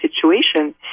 situation